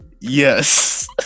Yes